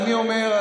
אני אומר,